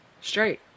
Straight